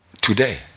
today